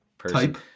type